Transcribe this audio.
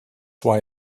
why